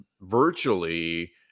virtually